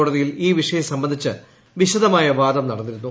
കോടതിയിൽ ഈ വിഷയം സംബന്ധിച്ച് വ്ടിശദമായ വാദം നടന്നിരുന്നു